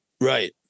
Right